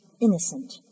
innocent